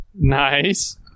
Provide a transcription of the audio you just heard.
Nice